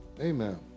Amen